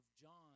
John